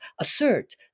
assert